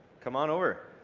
come on over,